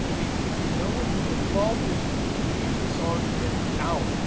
it means if you know what the default is, you can leave this argument out.